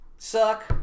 Suck